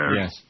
Yes